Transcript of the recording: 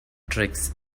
tricks